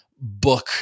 book